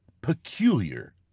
peculiar